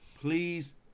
Please